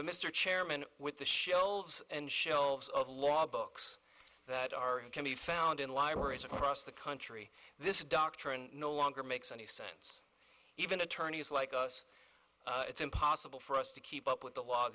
mr chairman with the shelves and shelves of law books that are and can be found in libraries across the country this doctrine no longer makes any sense even attorneys like us it's impossible for us to keep up with the law